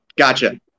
Gotcha